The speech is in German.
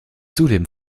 zudem